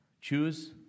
Choose